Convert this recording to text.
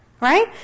Right